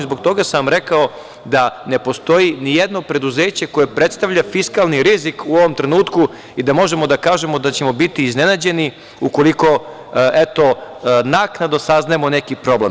Zbog toga sam vam rekao da ne postoji nijedno preduzeće koje predstavlja fiskalni rizik u ovom trenutku i da možemo da kažemo da ćemo biti iznenađeni ukoliko, eto, naknadno saznajemo neki problem.